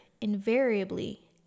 invariably